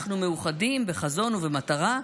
אנחנו מאוחדים בחזון ובמטרה,